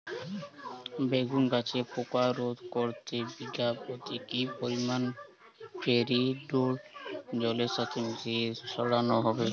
বেগুন গাছে পোকা রোধ করতে বিঘা পতি কি পরিমাণে ফেরিডোল জলের সাথে মিশিয়ে ছড়াতে হবে?